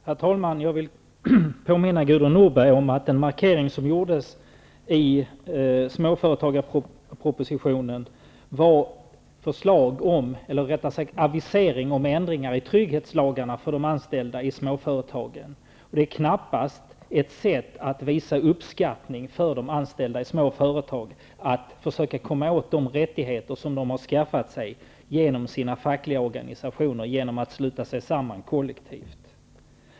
Herr talman! Jag vill påminna Gudrun Norberg om att det i småföretagarpropositionen gjordes en avisering om ändringar i trygghetslagarna för de anställda i småföretagen. Det är knappast ett sätt att visa uppskattning av de anställda i små företag -- att försöka komma åt de rättigheter som de har skaffat sig genom sina fackliga organisationer, genom att sluta sig samman kollektivt.